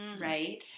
right